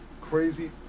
crazy